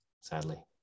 sadly